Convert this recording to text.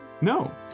No